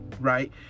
right